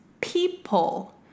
people